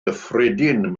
gyffredin